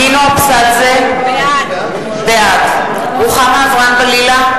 נינו אבסדזה, בעד רוחמה אברהם-בלילא,